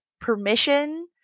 permission